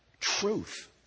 truth